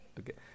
okay